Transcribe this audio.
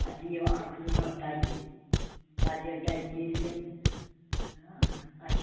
پتہٕ دِیُو اَکھ زٕ دۄہ تَتہِ پتہٕ ییٚلہِ تَتہِ نیٖریٛو ٲں آچھا